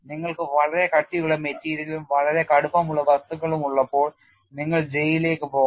നിങ്ങൾക്ക് വളരെ കട്ടിയുള്ള മെറ്റീരിയലും വളരെ കടുപ്പമുള്ള വസ്തുക്കളും ഉള്ളപ്പോൾ നിങ്ങൾ J യിലേക്ക് പോകണം